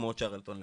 כמו צ'רלטון למשל.